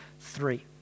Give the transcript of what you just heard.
three